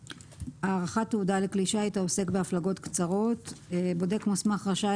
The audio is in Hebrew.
112.הארכת תעודה לכלי שיט העוסק בהפלגות קצרות בודק מוסמך רשאי